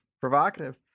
provocative